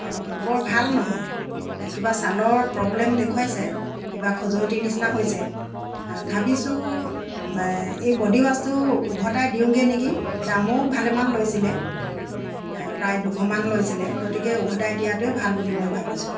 বৰ ভাল নহয় কিবা ছালৰ প্ৰবলেম দেখুৱাইছে কিবা খজুৱতি নিচিনা হৈছে ভাবিছোঁ এই বডি ৱাছটো উভটাই দিওঁগৈ নেকি দামো ভালেমান লৈছিলে প্ৰায় দুখমান লৈছিলে গতিকে উভটাই দিয়াটোৱে ভাল বুলি মই ভাবিছোঁ